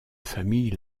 famille